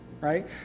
right